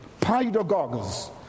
Pedagogues